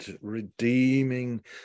redeeming